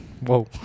Whoa